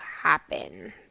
happen